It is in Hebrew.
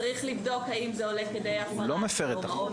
צריך לבדוק האם זה עולה כדי הפרת הוראות